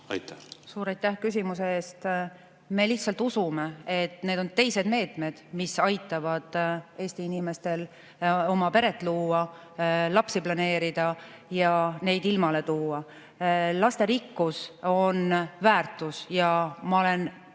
Suur aitäh küsimuse eest! Me lihtsalt usume, et need on teised meetmed, mis aitavad Eesti inimestel oma peret luua, lapsi planeerida ja neid ilmale tuua. Lasterikkus on väärtus ja ma olen